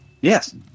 Yes